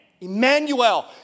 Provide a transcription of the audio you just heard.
Emmanuel